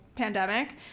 pandemic